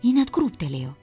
ji net krūptelėjo